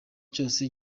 cyose